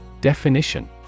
Definition